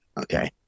okay